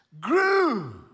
grew